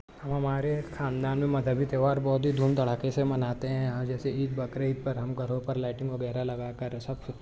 اب ہمارے خاندان میں مذہبی تیوہار بہت ہی دھوم دھڑاکے سے مناتے ہیں جیسے عید بقرعید پر ہم گھروں پر لائٹنگ وغیرہ لگا کر سب